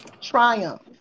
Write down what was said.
triumph